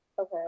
Okay